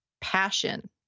Passion